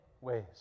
ways